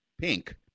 pink